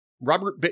Robert